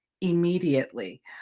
immediately